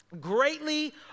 greatly